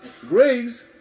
graves